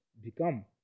become